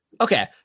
okay